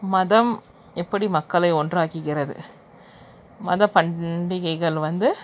மதம் எப்படி மக்களை ஒன்றாக்குகிறது மத பண்டிகைகள் வந்து